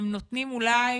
הם נותנים אולי